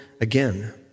again